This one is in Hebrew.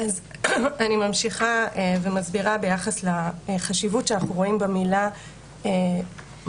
אז אני ממשיכה ומסבירה ביחס לחשיבות שאנחנו רואים במילה "מהותית".